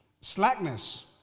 slackness